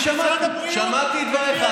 משרד הבריאות, שמעתי, שמעתי את דבריך.